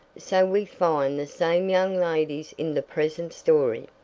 so we find the same young ladies in the present story,